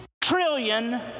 trillion